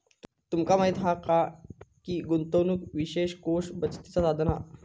तुमका माहीत हा काय की गुंतवणूक निवेश कोष बचतीचा साधन हा